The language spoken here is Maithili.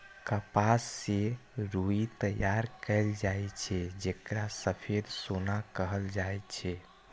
कपास सं रुई तैयार कैल जाए छै, जेकरा सफेद सोना कहल जाए छै